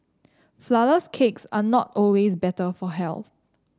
flourless cakes are not always better for health